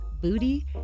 booty